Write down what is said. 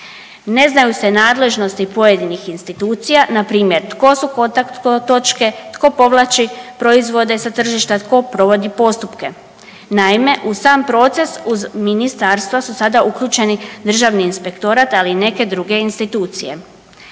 Ne znaju se nadležnosti pojedinih institucija, npr. tko su kontakt točke? Tko povlači proizvode sa tržišta? Tko provodi postupke? Naime, u sam proces uz Ministarstva su sada uključeni državni inspektorat, ali i neke druge institucije.